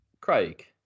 Craig